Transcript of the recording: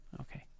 okay